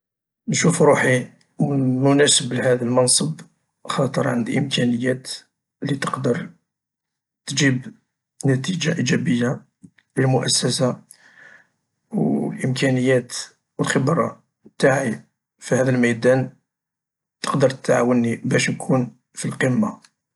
نشوف روحي مناسب في هذا المنصب خاطر عندي امكانيات اللي تجيب نتيجة ايجابية للمؤسسة و الامكانيات و الخبرة انتاعي في هذا الميدان تقدر تعاوني باش نكون في القمة.